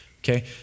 Okay